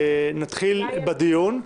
נתחיל בדיון.